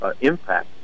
impact